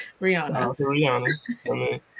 Rihanna